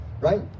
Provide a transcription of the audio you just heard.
right